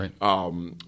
right